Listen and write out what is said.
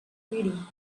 reading